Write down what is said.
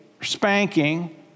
spanking